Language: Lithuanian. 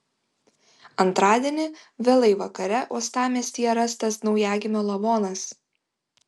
antradienį vėlai vakare uostamiestyje rastas naujagimio lavonas